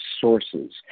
sources